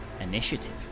initiative